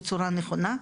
בצורה נכונה,